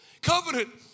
Covenant